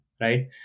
right